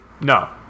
No